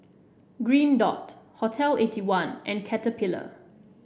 Green Dot Hotel Eighty one and Caterpillar